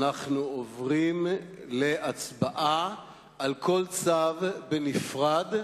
אנחנו עוברים להצבעה על כל צו בנפרד.